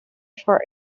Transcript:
for